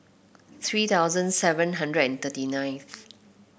three thousand seven hundred and thirty nine